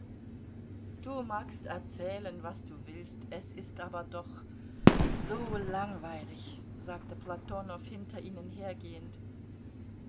du magst erzählen was du willst es ist aber doch so langweilig sagte platonow hinter ihnen hergehend